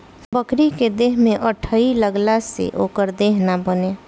बकरी के देह में अठइ लगला से ओकर देह ना बने